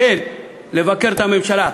כן לבקר את הממשלה,